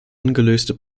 ungelöste